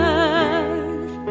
earth